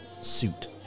suit